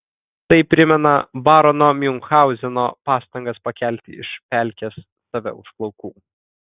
tai primena barono miunchauzeno pastangas pakelti iš pelkės save už plaukų